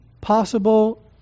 possible